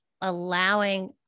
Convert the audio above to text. allowing